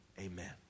amen